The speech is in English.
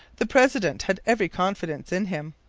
the president had every confidence in him.